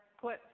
put